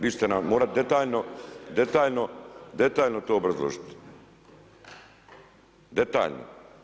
Vi ćete nam morati detaljno to obrazložiti, detaljno.